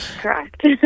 correct